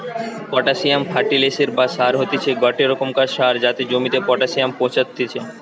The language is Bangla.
পটাসিয়াম ফার্টিলিসের বা সার হতিছে গটে রোকমকার সার যাতে জমিতে পটাসিয়াম পৌঁছাত্তিছে